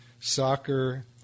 soccer